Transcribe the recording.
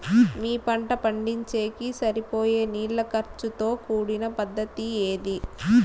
మీ పంట పండించేకి సరిపోయే నీళ్ల ఖర్చు తో కూడిన పద్ధతి ఏది?